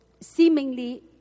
seemingly